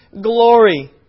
glory